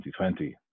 2020